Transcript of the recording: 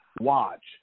watch